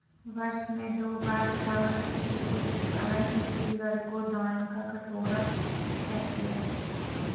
वर्ष में दो बार चावल की खेती के कारण छत्तीसगढ़ को धान का कटोरा कहते हैं